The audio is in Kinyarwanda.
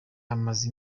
amaze